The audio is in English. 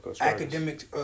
academic